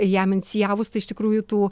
jam inicijavus iš tikrųjų tų